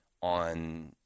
on